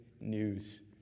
news